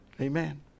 Amen